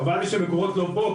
חבל שמקורות לא פה,